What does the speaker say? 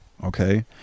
okay